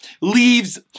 leaves